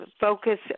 focus